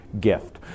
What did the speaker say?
gift